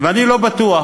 ואני לא בטוח.